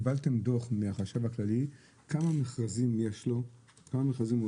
קיבלתם דוח מהחשב הכללי כמה מכרזים הוא עושה,